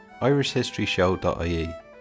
irishhistoryshow.ie